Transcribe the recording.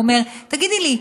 הוא אומר: תגידי לי,